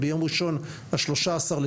הביאה מורים מעולים ולדעתי לחצי מהמורים